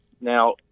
Now